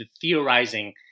theorizing